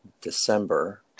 December